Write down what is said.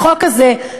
החוק הזה,